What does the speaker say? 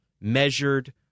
measured